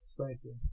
Spicy